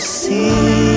see